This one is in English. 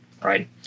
Right